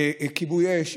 כיבוי אש.